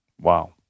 Wow